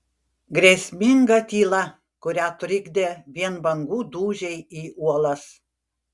grėsminga tyla kurią trikdė vien bangų dūžiai į uolas